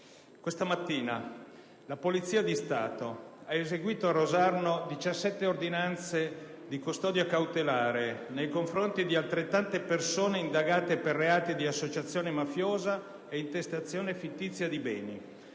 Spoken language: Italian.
Questa mattina la Polizia di Stato ha eseguito a Rosarno 17 ordinanze di custodia cautelare nei confronti di altrettante persone indagate per reati di associazione mafiosa e intestazione fittizia di beni.